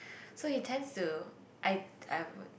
so he tends to I I would